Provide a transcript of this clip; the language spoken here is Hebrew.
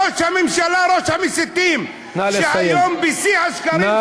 ראש הממשלה, ראש המסיתים, נא